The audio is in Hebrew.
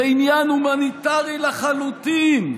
זה עניין הומניטרי לחלוטין.